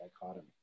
dichotomy